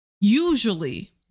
usually